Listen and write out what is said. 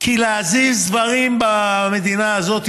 כי להזיז דברים במדינה הזאת,